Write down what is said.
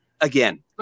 again